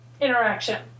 interaction